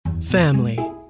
Family